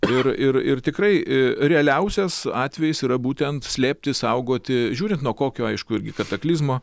ir ir ir tikrai realiausias atvejis yra būtent slėpti saugoti žiūrint nuo kokio aišku irgi kataklizmo